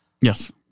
yes